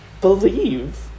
believe